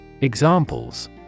Examples